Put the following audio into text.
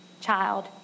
child